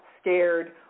scared